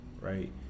right